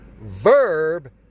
verb